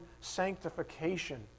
sanctification